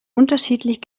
unterschiedlich